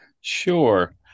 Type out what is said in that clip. Sure